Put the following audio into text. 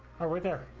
highway there